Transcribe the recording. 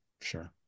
sure